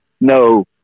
No